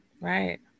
Right